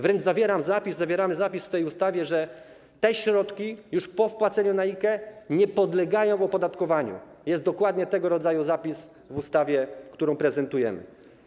Wręcz zawieramy zapis w tej ustawie, że te środki już po wpłaceniu na IKE nie podlegają opodatkowaniu, jest dokładnie tego rodzaju zapis w ustawie, którą prezentujemy.